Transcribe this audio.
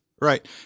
Right